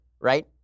Right